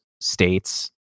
states